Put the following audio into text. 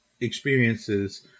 experiences